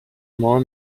more